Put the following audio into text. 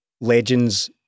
legends